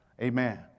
amen